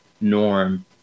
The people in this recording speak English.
norm